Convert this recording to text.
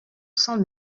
cent